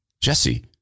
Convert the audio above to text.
Jesse